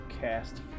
cast